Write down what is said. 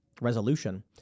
resolution